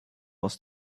aus